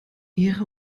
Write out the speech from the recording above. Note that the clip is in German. ihre